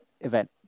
event